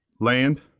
Land